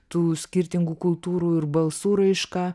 tų skirtingų kultūrų ir balsų raiška